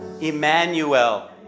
Emmanuel